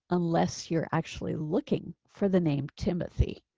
unless you're actually looking for the name, timothy.